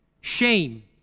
shame